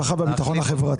והביטחון החברתי.